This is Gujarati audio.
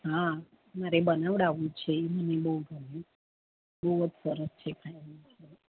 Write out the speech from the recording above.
હા મારે બનાવાળાવું છે ઇ મને બઉ ગમ્યું બઉજ સરસ છે